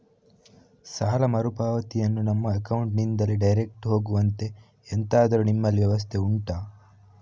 ಸಾಲ ಮರುಪಾವತಿಯನ್ನು ನಮ್ಮ ಅಕೌಂಟ್ ನಿಂದಲೇ ಡೈರೆಕ್ಟ್ ಹೋಗುವಂತೆ ಎಂತಾದರು ನಿಮ್ಮಲ್ಲಿ ವ್ಯವಸ್ಥೆ ಉಂಟಾ